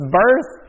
birth